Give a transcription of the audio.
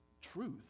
truth